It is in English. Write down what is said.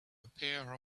pair